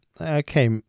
Okay